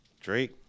Drake